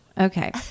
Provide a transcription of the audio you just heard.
Okay